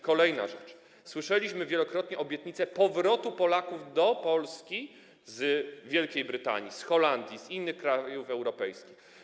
Kolejna rzecz, słyszeliśmy wielokrotnie obietnice powrotu Polaków do Polski z Wielkiej Brytanii, z Holandii, z innych krajów europejskich.